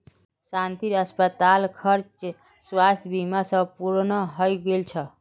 शांतिर अस्पताल खर्च स्वास्थ बीमा स पूर्ण हइ गेल छ